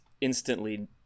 instantly